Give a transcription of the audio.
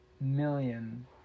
million